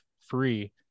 free